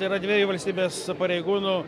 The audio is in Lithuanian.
yra dviejų valstybės pareigūnų